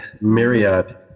myriad